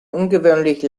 ungewöhnlich